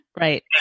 Right